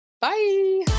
Bye